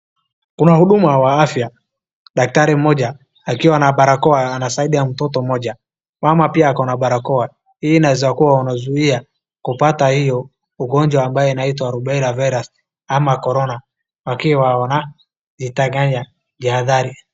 Kuna mhudumu wa afya, daktari mmoja akiwa na barakoa anasaidia mtoto mmoja, mama pia ako na barakoa. Hii inaeza kuwa wanazuia kupata hiyo ugonjwa ambayo inaitwa rubela virus ama korona, wakiwa wanaitaganya ihathari.